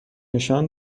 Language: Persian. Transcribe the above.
نشان